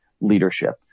leadership